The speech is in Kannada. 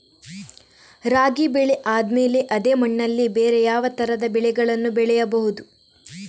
ರಾಗಿ ಬೆಳೆ ಆದ್ಮೇಲೆ ಅದೇ ಮಣ್ಣಲ್ಲಿ ಬೇರೆ ಯಾವ ತರದ ಬೆಳೆಗಳನ್ನು ಬೆಳೆಯಬಹುದು?